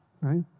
right